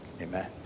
amen